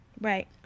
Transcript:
Right